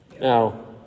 Now